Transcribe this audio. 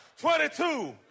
22